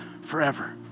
forever